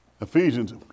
Ephesians